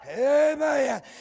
Amen